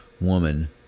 woman